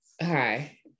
hi